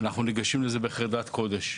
אנחנו ניגשים לזה בחרדת קודש,